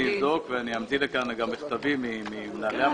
אני אבדוק ואני אמציא לכאן גם מכתבים ממנהלי העמותה.